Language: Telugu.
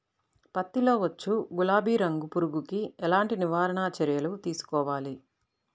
పత్తిలో వచ్చు గులాబీ రంగు పురుగుకి ఎలాంటి నివారణ చర్యలు తీసుకోవాలి?